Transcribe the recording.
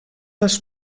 les